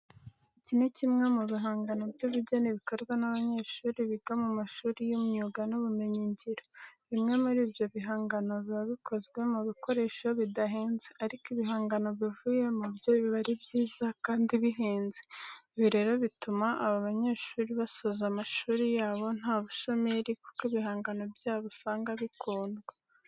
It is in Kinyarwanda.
Iki ni kimwe mu bihangano by'ubugeni bikorwa n'abanyeshuri biga mu mashuri y'imyuga n'Ubumenyingiro. Bimwe muri ibyo bihangano biba bikozwe mu bikoresho bidahenze ariko ibihangano bivuyemo byo biba ari byiza kandi bihenze. Ibi rero bituma aba banyeshuri basoza amashuri yabo nta bushomeri kuko ibihangano byabo usanga bikundwa.